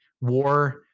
war